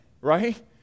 right